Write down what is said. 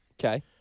Okay